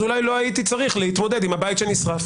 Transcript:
אז אולי לא הייתי צריך להתמודד עם הבית שנשרף.